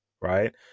right